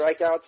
strikeouts